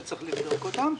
שצריך לבדוק אותם,